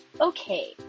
Okay